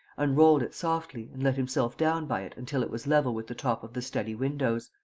unrolled it softly and let himself down by it until it was level with the top of the study windows.